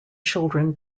children